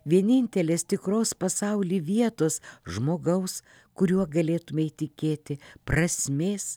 vienintelės tikros pasauly vietos žmogaus kuriuo galėtumei tikėti prasmės